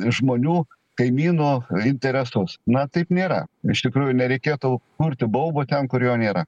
žmonių kaimynų interesus na taip nėra iš tikrųjų nereikėtų kurti baubo ten kur jo nėra